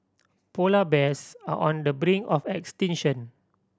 polar bears are on the brink of extinction